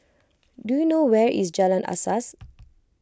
do you know where is Jalan Asas